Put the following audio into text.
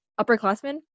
upperclassmen